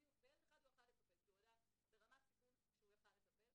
בילד אחד הוא יכול היה לטפל כי הוא היה ברמת סיכון שהוא יכול היה לטפל.